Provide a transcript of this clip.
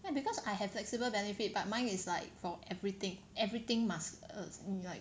because I have flexible benefit but mine is like for everything everything must err like